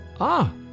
Ah